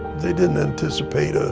they didn't anticipate ah